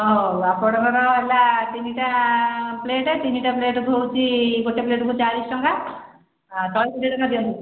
ହଁ ଆପଣକର ହେଲା ତିନିଟା ପ୍ଲେଟ୍ ତିନିଟା ପ୍ଲେଟ୍କୁ ହେଉଛି ଗୋଟେ ପ୍ଲେଟ୍କୁ ଚାଳିଶି ଟଙ୍କା ଶହେ କୋଡ଼ିଏ ଟଙ୍କା ଦିଅନ୍ତୁ